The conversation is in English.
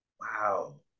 Wow